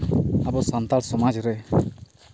ᱟᱵᱚ ᱥᱟᱱᱛᱟᱲ ᱥᱚᱢᱟᱡᱽ ᱨᱮ